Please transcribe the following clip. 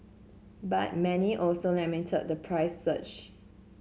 but many also lamented the price surge